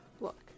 look